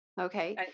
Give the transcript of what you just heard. okay